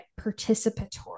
participatory